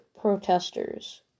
protesters